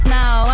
now